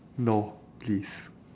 no please